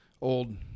old